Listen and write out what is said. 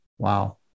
Wow